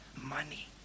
money